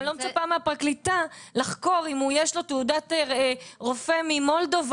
אני לא מצפה מהפרקליטה לחקור אם יש לו תעודת רופא ממולדובה,